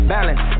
Balance